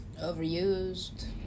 overused